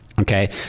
Okay